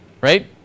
right